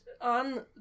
on